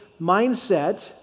mindset